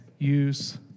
use